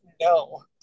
no